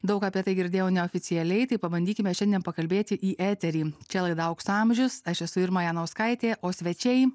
daug apie tai girdėjau neoficialiai tai pabandykime šiandien pakalbėti į eterį čia laida aukso amžius aš esu irma janauskaitė o svečiai